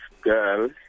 girl